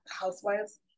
housewives